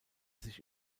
sich